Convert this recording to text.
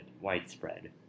widespread